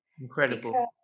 incredible